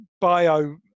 bio